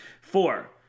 Four